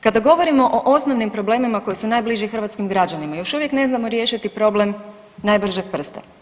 Kada govorimo o osnovnim problemima koji su najbliži hrvatskim građanima još uvijek ne znamo riješiti problem najbržeg prsta.